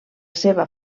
seva